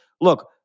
look